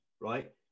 right